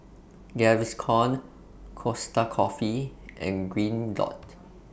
Gaviscon Costa Coffee and Green Dot